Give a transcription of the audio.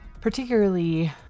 particularly